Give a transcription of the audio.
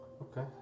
Okay